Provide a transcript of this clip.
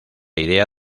idea